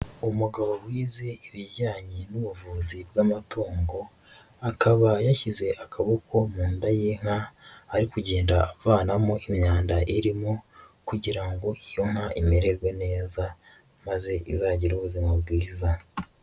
Umugabo wize ibijyanye n'ubuvuzi bw'amatongo, akaba yashyize akaboko mu nda y'inka ari kugenda avanamo imyanda irimo kugira ngo iyo nka imererwe neza maze izagire ubuzima bwiza.